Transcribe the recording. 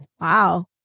Wow